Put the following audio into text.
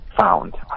Found